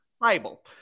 Bible